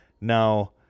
Now